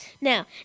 Now